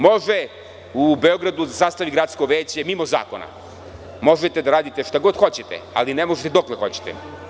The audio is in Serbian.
Može u Beogradu da sastavi gradsko veće mimo zakona, možete da radite šta god hoćete, ali ne možete dokle hoćete.